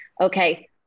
Okay